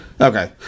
Okay